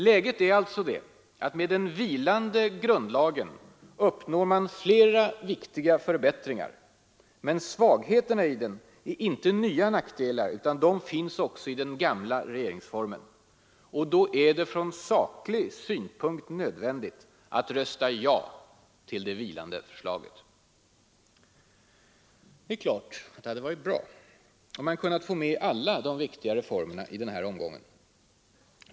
Läget är alltså det att med den vilande grundlagen uppnår man flera viktiga förbättringar, men svagheterna i den är inte nya nackdelar utan finns också i den gamla regeringsformen. Och då är det från saklig synpunkt nödvändigt att rösta ja till det vilande förslaget. Det är klart att det hade varit bra om man kunnat få med alla viktiga reformer i den här omgången.